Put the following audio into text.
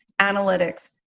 analytics